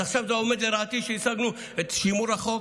אז עכשיו זה עומד לרעתי שהשגנו את שימור החוק?